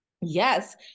Yes